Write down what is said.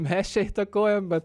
mes čia įtakojam bet